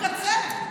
בבקשה,